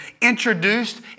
introduced